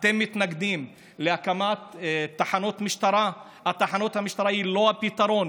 אתם מתנגדים להקמת תחנות משטרה תחנות המשטרה הן לא הפתרון,